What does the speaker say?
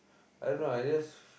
I don't know I just